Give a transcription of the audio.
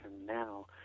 now